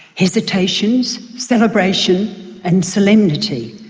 hesitations, celebration and solemnity,